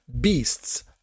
beasts